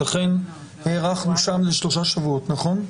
לכן, הארכנו שם לשלושה שבועות, נכון?